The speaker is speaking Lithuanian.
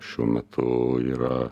šiuo metu yra